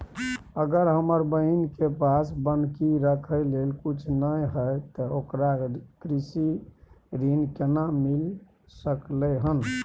अगर हमर बहिन के पास बन्हकी रखय लेल कुछ नय हय त ओकरा कृषि ऋण केना मिल सकलय हन?